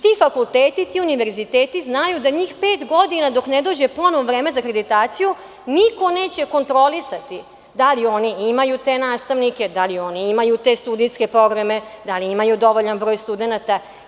Ti fakulteti, ti univerziteti znaju da njih pet godina dok ne dođe ponovo vreme za akreditaciju niko neće kontrolisati da li oni imaju te nastavnike, da li oni imaju te studijske programe, da li imaju dovoljan broj studenata.